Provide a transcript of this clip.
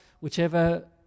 whichever